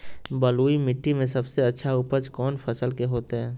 बलुई मिट्टी में सबसे अच्छा उपज कौन फसल के होतय?